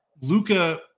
Luca